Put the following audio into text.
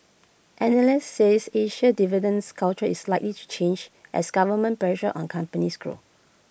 analysts says Asia's dividends culture is likely to change as government pressure on companies grows